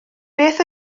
beth